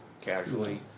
casually